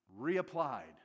reapplied